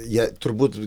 jie turbūt